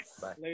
Bye